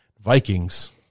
Vikings